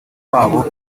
w’abo